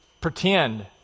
pretend